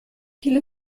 viele